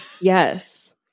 Yes